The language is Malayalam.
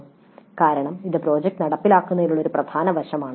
" കാരണം ഇത് പ്രോജക്റ്റ് നടപ്പിലാക്കുന്നതിനുള്ള ഒരു പ്രധാന വശമാണ്